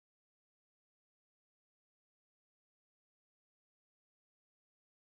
eh but I last time I stay in hougang avenue eight ah I never been to the stall that you mention eh